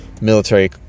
military